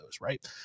right